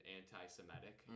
anti-Semitic